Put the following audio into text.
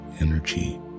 energy